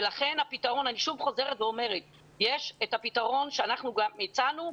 יש את הפתרון שאנחנו הצענו,